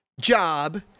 job